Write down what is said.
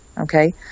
okay